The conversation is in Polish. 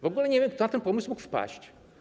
W ogóle nie wiem, kto na ten pomysł mógł wpaść.